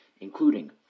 including